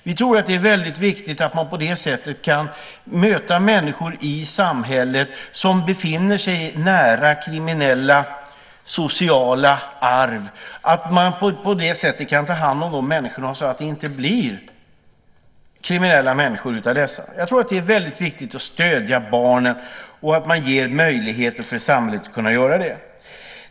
Vi tror att det är väldigt viktigt att man kan möta människor ute i samhället som befinner sig nära kriminella sociala arv och ta hand om dem på ett sådant sätt att de inte blir kriminella. Jag tror att det är väldigt viktigt att ge samhället möjligheter att stödja dessa barn.